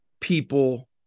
people